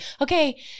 okay